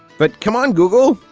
but come on, google,